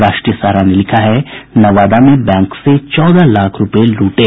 राष्ट्रीय सहारा ने लिखा है नवादा में बैंक से चौदह लाख रूपये लूटे